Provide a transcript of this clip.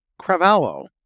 Cravallo